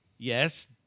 Yes